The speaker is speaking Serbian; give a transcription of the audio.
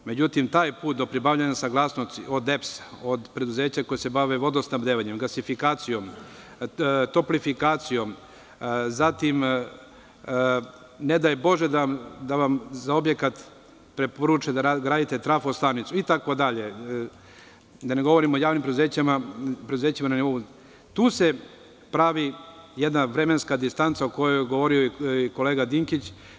Međutim, taj put do pribavljanja saglasnosti, od EPS-a, od preduzeća koja se bave vodosnabdevanjem, gasifikacijom, toplifikacijom, a ne daj bože da vam za objekat preporuče da gradite trafo-stanicu, itd, itd, da ne govorim o javnim preduzećima, tu se pravi jedna vremenska distanca o kojoj je govorio i kolega Dinkić.